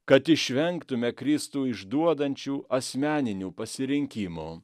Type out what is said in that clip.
kad išvengtume kristų išduodančių asmeninių pasirinkimų